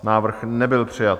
Návrh nebyl přijat.